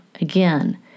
Again